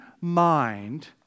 mind